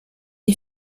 est